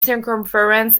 circumference